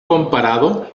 comparado